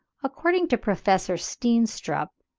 according to professor steenstrup,